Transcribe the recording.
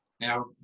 Now